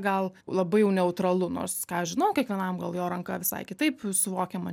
gal labai jau neutralu nors ką žinau kiekvienam gal jo ranka visai kitaip suvokiama